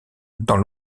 dans